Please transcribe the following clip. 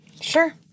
Sure